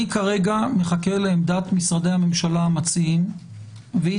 אני כרגע מחכה לעמדת משרדי הממשלה המציעים והיא